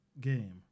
game